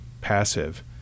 passive